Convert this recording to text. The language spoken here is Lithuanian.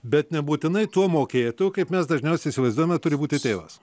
bet nebūtinai tuo mokėtoju kaip mes dažniausiai įsivaizduojame turi būti tėvas